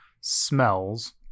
smells